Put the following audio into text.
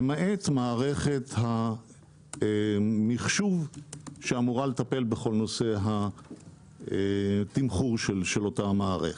למעט מערכת המחשוב שאמורה לטפל בכל נושא התמחור של אותה המערכת.